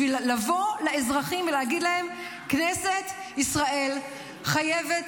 בשביל לבוא לאזרחים ולהגיד להם: כנסת ישראל חייבת